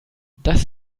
das